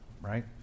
right